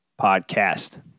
podcast